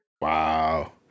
Wow